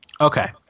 Okay